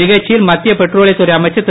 நிகழ்ச்சியில் மத்திய பெட்ரோலிய துறை அமைச்சர் திரு